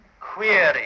query